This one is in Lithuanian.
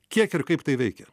kiek ir kaip tai veikia